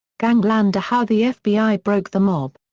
gangland how the fbi broke the mob.